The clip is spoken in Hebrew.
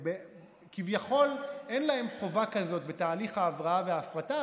כביכול אין להם חובה כזאת בתהליך ההבראה וההפרטה,